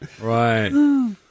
Right